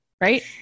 right